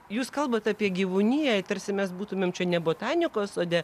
jūs kalbat apie gyvūniją tarsi mes būtumėm čia ne botanikos sode